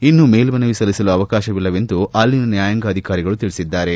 ಇನ್ನೂ ಮೇಲ್ಮನವಿ ಸಲ್ಲಿಸಲು ಅವಕಾಶವಿಲ್ಲ ಎಂದು ಅಲ್ಲಿನ ನ್ಕಾಯಾಂಗ ಅಧಿಕಾರಿಗಳು ತಿಳಿಸಿದ್ದಾರೆ